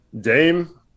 Dame